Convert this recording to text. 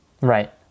Right